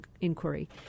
inquiry